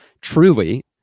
truly